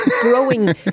growing